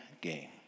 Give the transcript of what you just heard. game